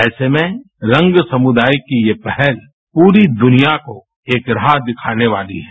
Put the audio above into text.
ऐसे में रंग समुदाय की ये पहल पूरी दुनिया को एक राह दिखाने वाली है